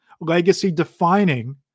legacy-defining